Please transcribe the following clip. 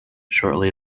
shortly